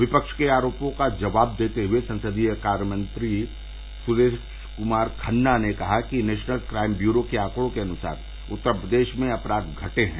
विपक्ष के आरोपों का जवाब देते हुए संसदीय कार्यमंत्री सुरेष कुमार खन्ना ने कहा कि नेषनल क्राइम ब्यूरो के आंकड़ों के अनुसार उत्तर प्रदेष में अपराध घटे हैं